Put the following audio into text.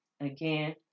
Again